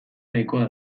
nahikoa